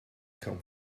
come